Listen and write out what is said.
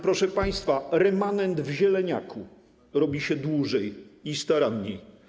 Proszę państwa, remanent w zieleniaku robi się dłużej i staranniej.